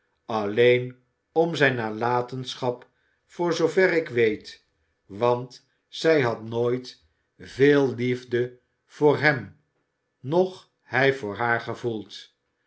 alleen om zijne nalatenschap voor zoover ik weet want zij had nooit veel liefde voor hem noch hij voor haar gevoeld